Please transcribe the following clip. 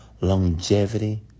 longevity